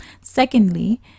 secondly